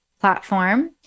platform